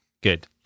Good